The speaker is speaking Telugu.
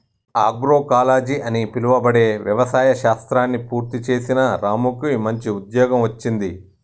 ఆగ్రోకాలజి అని పిలువబడే వ్యవసాయ శాస్త్రాన్ని పూర్తి చేసిన రాముకు మంచి ఉద్యోగం వచ్చింది